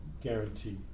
guarantee